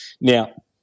Now